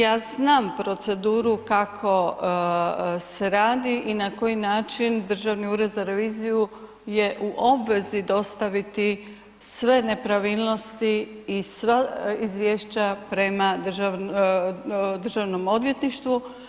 Ja znam proceduru kako se radi i na koji način Državni ured za reviziju je u obvezi dostaviti sve nepravilnosti i sva izvješća prema državnom odvjetništvu.